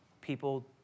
People